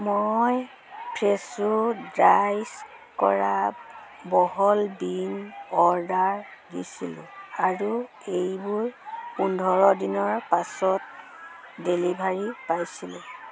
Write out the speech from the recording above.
মই ফ্ৰেছো ডাইচ কৰা বহল বীন অৰ্ডাৰ দিছিলোঁ আৰু এইটোৰ পোন্ধৰ দিনৰ পাছত ডেলিভাৰী পাইছিলোঁ